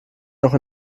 noch